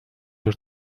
your